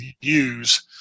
use